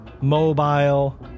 mobile